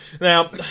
Now